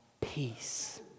peace